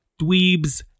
dweebs